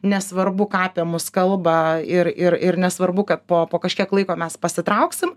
nesvarbu ką apie mus kalba ir ir ir nesvarbu kad po po kažkiek laiko mes pasitrauksim